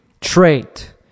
trait